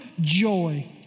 joy